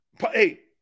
hey